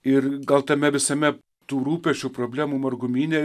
ir gal tame visame tų rūpesčių problemų margumyne